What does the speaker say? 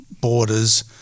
borders